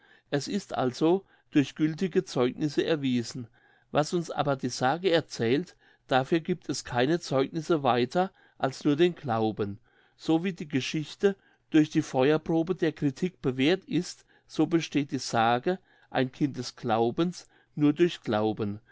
es ist also durch gültige zeugnisse erwiesen was uns aber die sage erzählt dafür giebt es keine zeugnisse weiter als nur den glauben so wie die geschichte durch die feuerprobe der kritik bewährt ist so besteht die sage ein kind des glaubens nur durch glauben